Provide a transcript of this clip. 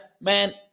man